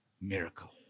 miracle